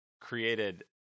created